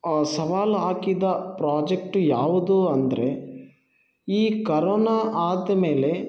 ಸವಾಲು ಹಾಕಿದ ಪ್ರಾಜೆಕ್ಟ್ ಯಾವುದು ಅಂದರೆ ಈ ಕರೋನ ಆದ್ಮೇಲೆ